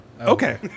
Okay